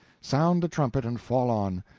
sound the trumpet and fall on!